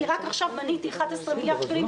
כי רק עכשיו מניתי 11 מיליארד שקלים,